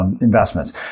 investments